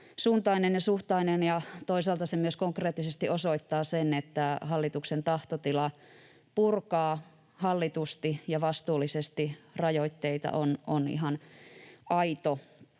oikeasuuntainen ja -suhtainen. Toisaalta se myös konkreettisesti osoittaa sen, että hallituksen tahtotila purkaa hallitusti ja vastuullisesti rajoitteita on ihan aito.